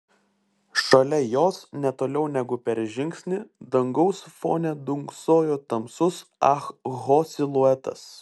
šalia jos ne toliau negu per žingsnį dangaus fone dunksojo tamsus ah ho siluetas